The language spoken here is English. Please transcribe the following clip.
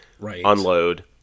unload